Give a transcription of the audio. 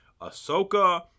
Ahsoka